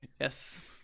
Yes